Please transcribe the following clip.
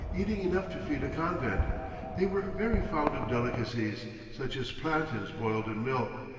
eating enough to feed a convent they were very fond of delicacies, such as plantains boiled in milk,